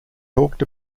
talked